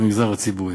במגזר הציבורי.